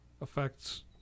affects